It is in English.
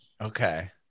Okay